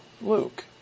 Luke